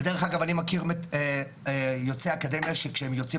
ודרך אגב אני מכיר יוצאי אקדמיה שכשהם יוצאים